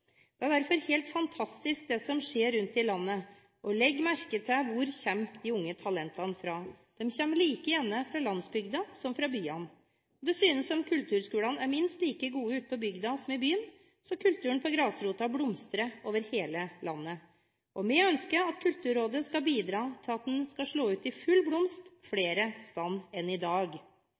Derfor er det som skjer rundt om i landet, helt fantastisk – og legg merke til hvor de unge talentene kommer fra. De kommer like gjerne fra landsbygda som fra byene. Det synes som om kulturskolene er minst like gode ute på bygda som i byen – så kulturen på grasrota blomstrer over hele landet. Vi ønsker at Kulturrådet skal bidra til at den skal slå ut i full blomst flere steder enn i dag.